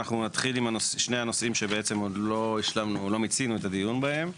אנחנו נתחיל עם שני נושאים שבעצם עוד לא מיצינו את הדיון בהם.